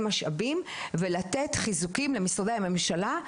משאבים ולתת חיזוקים למשרדי הממשלה,